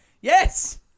Yes